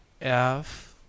F